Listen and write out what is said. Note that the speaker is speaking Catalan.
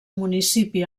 municipi